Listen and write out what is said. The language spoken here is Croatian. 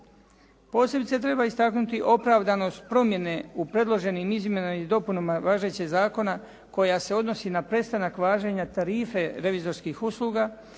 Posebice treba istaknuti opravdanost promjene u predloženim izmjenama i dopunama važećeg zakona koja se odnosi na prestanak važenja tarife revizorskih usluga,